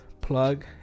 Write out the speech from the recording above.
plug